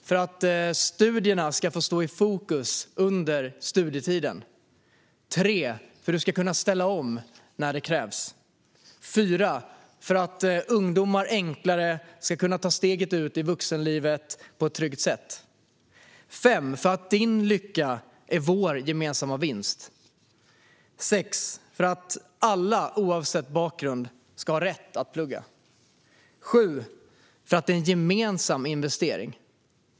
För att studierna ska få stå i fokus under studietiden. För att kunna ställa om när det krävs. För att ungdomar enklare ska kunna ta steget ut i vuxenlivet på ett tryggt sätt. För att din lycka är vår gemensamma vinst. För att alla oavsett bakgrund ska ha rätt att plugga. För att det är en gemensam investering.